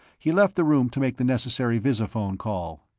he left the room to make the necessary visiphone call.